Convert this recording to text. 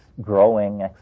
growing